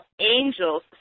angels